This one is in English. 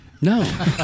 No